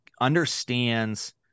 understands